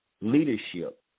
leadership